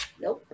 Nope